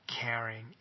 caring